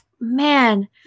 man